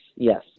Yes